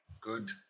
Good